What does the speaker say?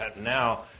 now